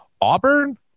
Auburn